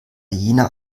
jener